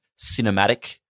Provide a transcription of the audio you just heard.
cinematic